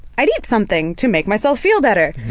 i'd eat something to make myself feel better.